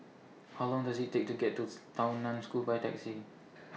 How Long Does IT Take to get to Tao NAN School By Taxi